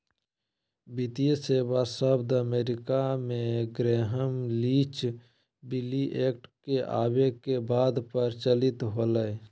वित्तीय सेवा शब्द अमेरिका मे ग्रैहम लीच बिली एक्ट के आवे के बाद प्रचलित होलय